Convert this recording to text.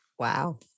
Wow